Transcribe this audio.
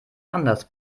anders